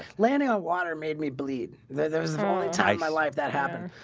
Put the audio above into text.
landing on water made me bleed there's only time my life that happened,